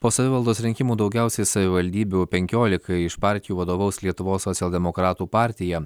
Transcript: po savivaldos rinkimų daugiausiai savivaldybių penkiolikai iš partijų vadovaus lietuvos socialdemokratų partija